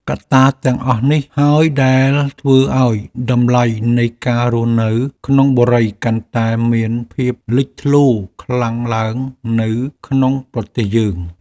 កត្តាទាំងអស់នេះហើយដែលធ្វើឱ្យតម្លៃនៃការរស់នៅក្នុងបុរីកាន់តែមានភាពលេចធ្លោខ្លាំងឡើងនៅក្នុងប្រទេសយើង។